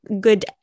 good